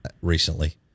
recently